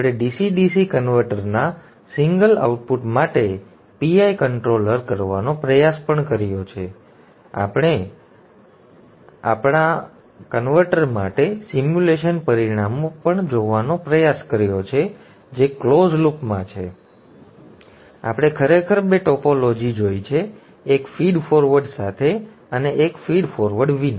અમે DC DC કન્વર્ટરના single output માટે PI કન્ટ્રોલર કરવાનો પ્રયાસ પણ કર્યો છે અને અમે અમારા કન્વર્ટર માટે સિમ્યુલેશન પરિણામો જોવાનો પણ પ્રયાસ કર્યો છે જે ક્લોઝ લૂપ માં છે અને અમે ખરેખર બે ટોપોલોજી જોઇ છે એક ફીડ ફોરવર્ડ સાથે અને એક ફીડ ફોરવર્ડ વિના